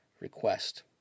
request